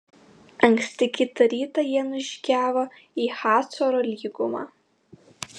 anksti kitą rytą jie nužygiavo į hacoro lygumą